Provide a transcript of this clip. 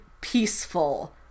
peaceful